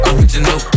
Original